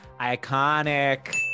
Iconic